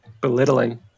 Belittling